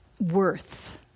worth